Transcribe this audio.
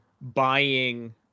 buying